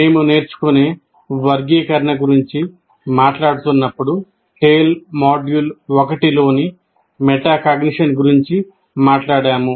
మేము నేర్చుకునే వర్గీకరణ గురించి మాట్లాడుతున్నప్పుడు టేల్ మాడ్యూల్ 1 లోని మెటాకాగ్నిషన్ గురించి మాట్లాడాము